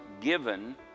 given